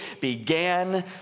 began